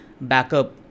backup